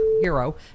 hero